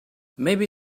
maybe